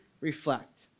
reflect